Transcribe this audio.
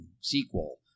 sequel